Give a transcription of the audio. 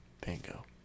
Bingo